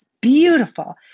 beautiful